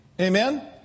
Amen